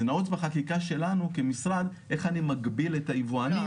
זה נעוץ בחקיקה שלנו כמשרד איך אני מגביל את היבואנים.